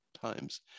times